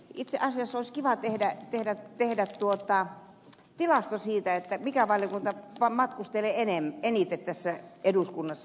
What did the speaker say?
itse asiassa olisi kiva tehdä tilasto siitä mikä valiokunta matkustelee eniten tässä eduskunnassa